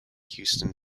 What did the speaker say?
houston